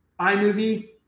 iMovie